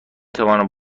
توانم